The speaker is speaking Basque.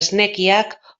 esnekiak